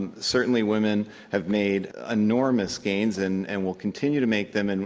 and certainly women have made enormous gains and and will continue to make them, and